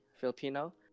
Filipino